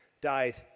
died